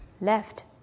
left